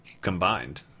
combined